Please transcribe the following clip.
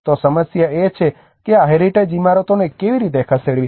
તો સમસ્યા એ છે કે આ હેરિટેજ ઇમારતોને કેવી રીતે ખસેડવી